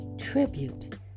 tribute